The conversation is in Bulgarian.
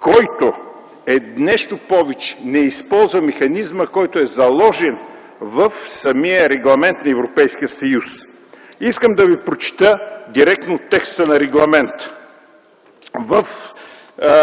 който нещо повече, не използва механизма, който е заложен в самия регламент на Европейския съюз. Искам да ви прочета директно текста на регламента. В